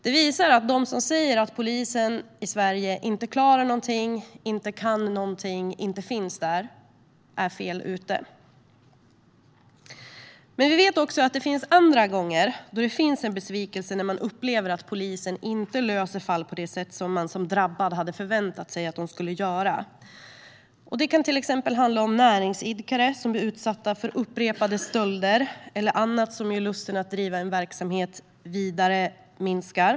Detta visar att de som säger att polisen i Sverige inte klarar någonting, inte kan någonting och inte finns där är fel ute. Men vi vet också att det finns tillfällen när det finns en besvikelse när polisen inte löser fall på det sätt som man som drabbad hade förväntat sig att polisen skulle göra. Det kan till exempel handla om näringsidkare som är utsatta för upprepade stölder eller annat som gör att lusten att driva en verksamhet vidare minskar.